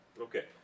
Okay